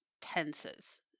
tenses